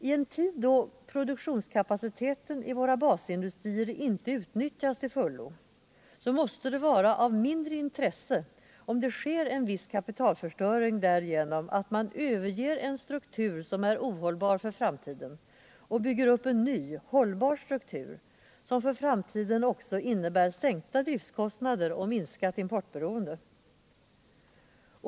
I en tid då produktionskapaciteten i våra basindustrier inte utnyttjas måste det vara av mindre intresse, om det sker en viss kapitalförstöring därigenom att man överger en struktur som är ohållbar för framtiden och bygger upp en ny, hållbar struktur som för framtiden också innebär en sänkning av driftkostnaderna och en minskning av importberoendet.